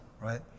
right